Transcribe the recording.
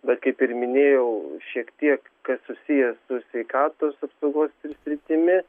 bet kaip ir minėjau šiek tiek kas susiję su sveikatos apsaugos sritimi